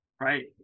Right